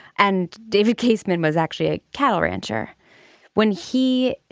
and david casement was actually a cattle rancher when he